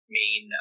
main